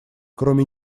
кроме